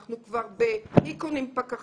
אנחנו כבר בהיכון עם פקחים,